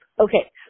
Okay